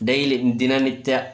daily ದಿನನಿತ್ಯ